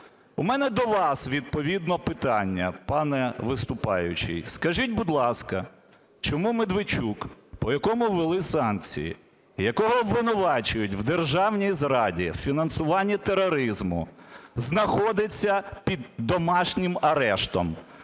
У мене до вас відповідно питання, пане виступаючий. Скажіть, будь ласка, чому Медведчук, по якому ввели санкції, якого обвинувачують у державній зраді, фінансуванні тероризму, знаходиться під домашнім арештом,